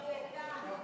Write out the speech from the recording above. אתה הציבור?